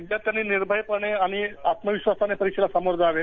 विद्याश्र्यांनी निर्भयपणे आणि आत्मविश्वासानं परिक्षेला सामोरं जावं